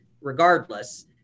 regardless